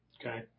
okay